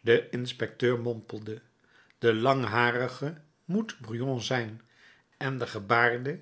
de inspecteur mompelde de langharige moet brujon zijn en de gebaarde